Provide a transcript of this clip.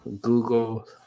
Google